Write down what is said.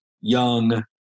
young